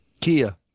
Kia